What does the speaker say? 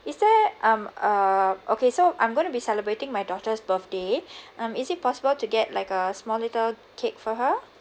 is there um err okay so I'm going to be celebrating my daughter's birthday um is it possible to get like a small little cake for her